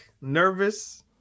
nervous